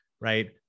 right